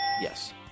Yes